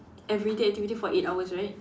everyday activity for eight hours right